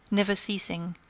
never ceasing,